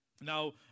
Now